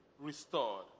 restored